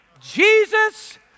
Jesus